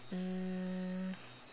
mm